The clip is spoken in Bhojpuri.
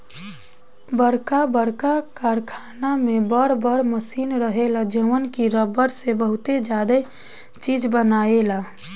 बरका बरका कारखाना में बर बर मशीन रहेला जवन की रबड़ से बहुते ज्यादे चीज बनायेला